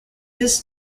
this